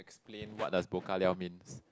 explain what does bao ka liao means